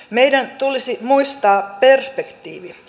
meidän tulisi muistaa perspektiivi